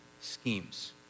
schemes